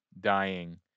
dying